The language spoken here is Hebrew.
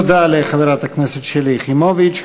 תודה לחברת הכנסת שלי יחימוביץ.